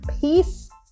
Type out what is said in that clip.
Peace